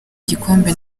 igikombe